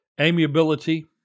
amiability